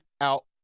out